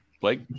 Blake